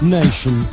nation